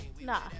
Nah